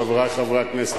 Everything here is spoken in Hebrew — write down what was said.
חברי חברי הכנסת,